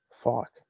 Fuck